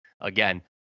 again